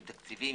עם תקציבים,